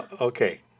okay